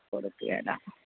കൊടുക്കുകേല